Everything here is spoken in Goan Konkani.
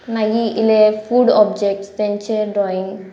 मागी इल्ले फूड ऑब्जेक्ट्स तेंचे ड्रॉइंग